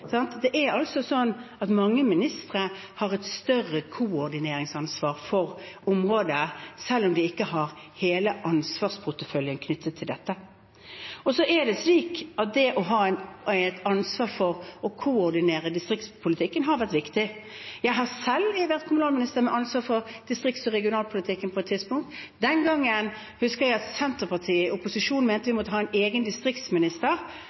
Det er altså slik at mange ministre har et større koordineringsansvar for området selv om de ikke har hele ansvarsporteføljen knyttet til dette. Det å ha ansvar for å koordinere distriktspolitikken har vært viktig. Jeg har selv vært kommunalminister med ansvar for distrikts- og regionalpolitikken på et tidspunkt. Den gangen husker jeg at Senterpartiet i opposisjon mente vi måtte ha en egen distriktsminister.